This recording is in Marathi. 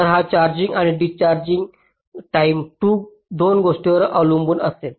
तर हा चार्जिंग आणि डिस्चार्जिंग टाईम 2 गोष्टींवर अवलंबून असेल